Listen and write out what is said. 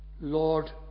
Lord